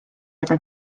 aga